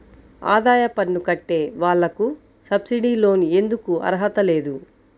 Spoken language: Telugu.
ఆదాయ పన్ను కట్టే వాళ్లకు సబ్సిడీ లోన్ ఎందుకు అర్హత లేదు?